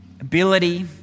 ability